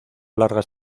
largas